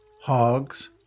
hogs